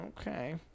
Okay